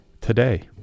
today